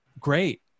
great